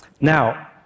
Now